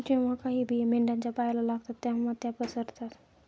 जेव्हा काही बिया मेंढ्यांच्या पायाला लागतात तेव्हा त्या पसरतात